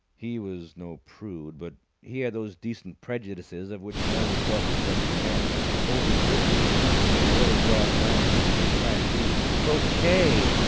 he was no prude, but he had those decent prejudices of which no self-respecting man can wholly rid himself, however broad-minded he may try to be. croquet!